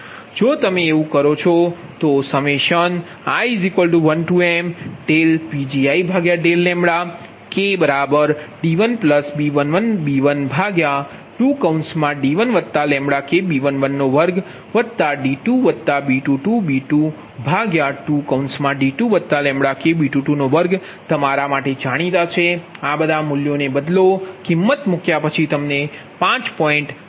જો તમે આવું કરો છો તો i1mPgi∂λd1B11b12d1B112d2B22b22d2B222 તમારા માટે જાણીતા આ બધા મૂલ્યોને બદલો કિમત મૂક્યા પછી તમને 5